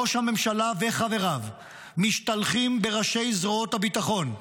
ראש הממשלה וחבריו משתלחים בראשי זרועות הביטחון,